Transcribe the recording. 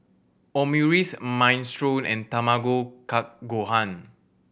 Omurice Minestrone and Tamago Kake Gohan